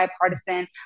bipartisan